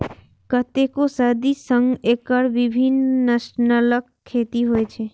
कतेको सदी सं एकर विभिन्न नस्लक खेती होइ छै